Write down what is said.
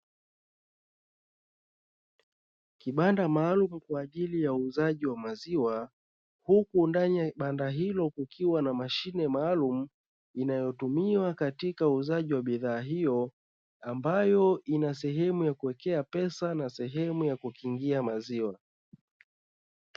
Kibanda maalumu kwa ajili ya uuzaji wa maziwa. Huku ndani ya banda hilo kukiwa na mashine maalumu, inayotumiwa katika uuzaji wa bidhaa hiyo, ambayo ina sehemu ya kuwekea pesa na sehemu ya kukingia maziwa.